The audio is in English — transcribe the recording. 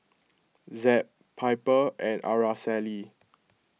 Zeb Piper and Araceli